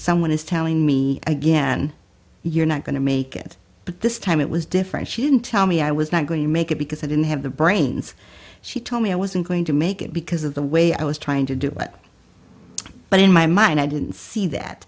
someone is telling me again you're not going to make it but this time it was different she didn't tell me i was not going to make it because i didn't have the brains she told me i wasn't going to make it because of the way i was trying to do it but in my mind i didn't see that